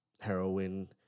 heroin